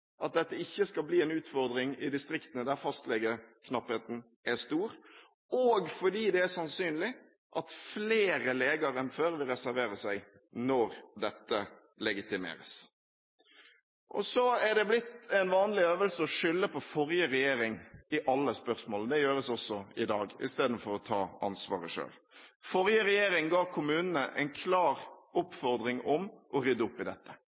at dette ikke skal bli en utfordring i distriktene, der fastlegeknappheten er stor, og fordi det er sannsynlig at flere leger enn før vil reservere seg når dette legitimeres. Så er det blitt en vanlig øvelse å skylde på forrige regjering i alle spørsmål. Det gjøres også i dag, istedenfor å ta ansvaret selv. Forrige regjering ga kommunene en klar oppfordring om å rydde opp i dette.